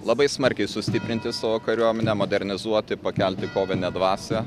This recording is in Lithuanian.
labai smarkiai sustiprinti savo kariuomenę modernizuoti pakelti kovinę dvasią